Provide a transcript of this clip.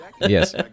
Yes